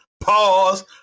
pause